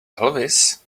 elvis